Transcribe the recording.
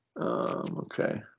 okay